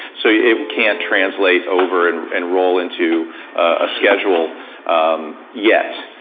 so it can't translate over and and roll into a schedule yet.